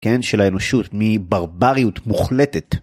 כן, של האנושות, מברבריות מוחלטת.